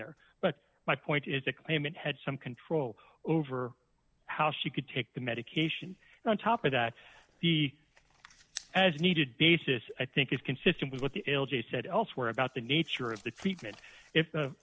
there but my point is the claimant had some control over how she could take the medication on top of that the as needed basis i think is consistent with what the l g said elsewhere about the nature of the treatment if